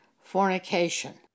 fornication